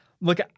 look